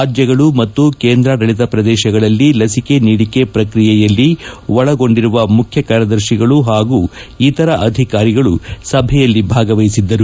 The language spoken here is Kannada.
ರಾಜ್ಜಗಳು ಮತ್ತು ಕೇಂದ್ರಾಡಳಿತ ಪ್ರದೇಶಗಳಲ್ಲಿ ಲಸಿಕೆ ನೀಡಿಕೆ ಪ್ರಕ್ರಿಯೆಯಲ್ಲಿ ಒಳಗೊಂಡಿರುವ ಮುಖ್ಯಕಾರ್ಯದರ್ಶಿಗಳು ಹಾಗೂ ಇತರ ಅಧಿಕಾರಿಗಳು ಸಭೆಯಲ್ಲಿ ಭಾಗಿವಹಿಸಿದ್ದರು